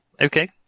okay